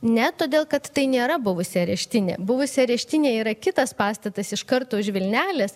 ne todėl kad tai nėra buvusi areštinė buvusi areštinė yra kitas pastatas iš karto už vilnelės